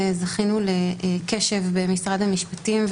זכינו לקשב במשרד המשפטים,